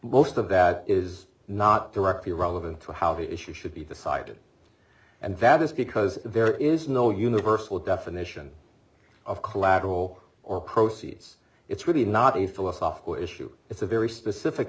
most of that is not directly relevant to how the issue should be decided and that is because there is no universal definition of collateral or proceeds it's really not a philosophical issue it's a very specific